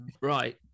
Right